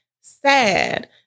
sad